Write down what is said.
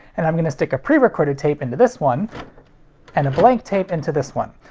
and i'm gonna stick a prerecorded tape into this one and a blank tape into this one.